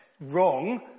wrong